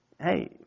hey